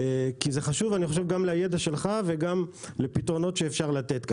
זה חשוב גם לידע שלך וגם לפתרונות שאפשר לתת כאן.